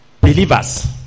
believers